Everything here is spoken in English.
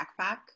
Backpack